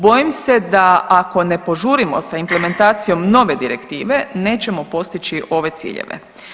Bojim se da ako ne požurimo sa implementacijom nove direktive nećemo postići ove ciljeve.